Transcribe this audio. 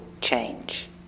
change